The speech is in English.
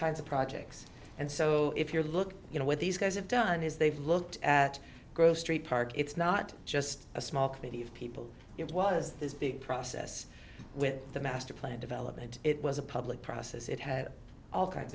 kinds of projects and so if you look you know what these guys have done is they've looked at grow street park it's not just a small committee of people it was this big process with the master plan development it was a public process it had all kinds